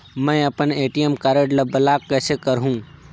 मै अपन ATM card ल ब्लाक कइसे करहूं?